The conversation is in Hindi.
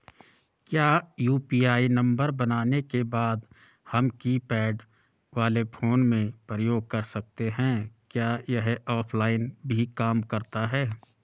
क्या यु.पी.आई नम्बर बनाने के बाद हम कीपैड वाले फोन में प्रयोग कर सकते हैं क्या यह ऑफ़लाइन भी काम करता है?